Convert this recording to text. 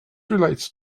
relates